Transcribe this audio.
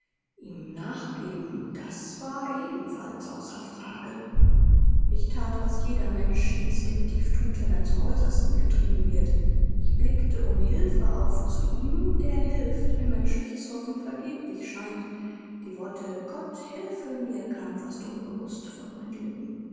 ihm nachgeben das war ebenfalls außer frage ich that was jeder mensch instinktiv thut wenn er zum äußersten getrieben wird ich blickte um hilfe auf zu ihm der hilft wenn menschliches hoffen vergeblich scheint die worte gott helfe mir kamen fast unbewußt von meinen lippen